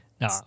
No